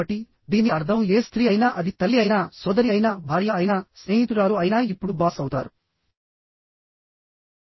కాబట్టి దీని అర్థం ఏ స్త్రీ అయినా అది తల్లి అయినా సోదరి అయినా భార్య అయినా స్నేహితురాలు అయినా ఇప్పుడు బాస్ అవుతారు